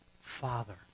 Father